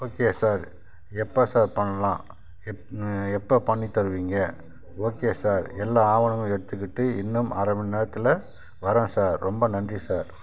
okay sir எப்போ sir பண்ணலாம் எப்ப எப்போ பண்ணி தருவீங்க ஓகே சார் எல்லாம் ஆவணங்களும் எடுத்துக்கிட்டு இன்னும் அரமணி நேரத்தில் வர்றேன் சார் ரொம்ப நன்றி சார்